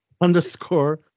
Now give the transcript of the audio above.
underscore